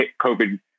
COVID